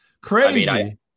crazy